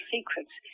Secrets